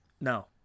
No